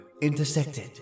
intersected